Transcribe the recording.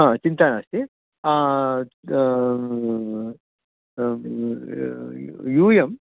हा चिन्ता नास्ति यूयम्